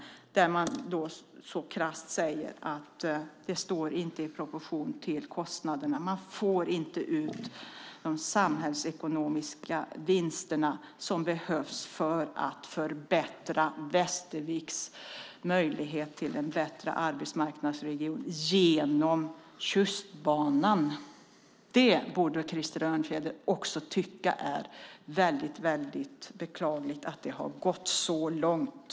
Man säger så krasst att det inte står i proportion till kostnaderna. Man får inte ut de samhällsekonomiska vinster som behövs för att förbättra Västerviks möjlighet till en bättre arbetsmarknadsregion genom Tjustbanan. Också Krister Örnfjäder borde tycka att det är beklagligt att det har gått så långt.